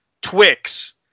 Twix